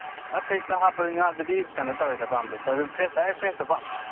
ꯑꯥ ꯐ꯭ꯔꯤꯖꯇ ꯍꯥꯞꯄ ꯉꯥꯗꯨꯗꯤ ꯀꯩꯅꯣ ꯇꯧꯋꯦ ꯄꯥꯝꯗꯦ ꯐ꯭ꯔꯦꯁ ꯗꯥꯏꯔꯦꯛ ꯐ꯭ꯔꯦꯁꯇꯣ ꯄꯥꯝꯃꯦ